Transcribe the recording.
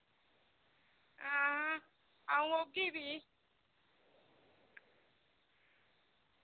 हां आऊं औगी फ्ही